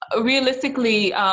realistically